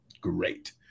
Great